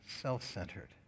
self-centered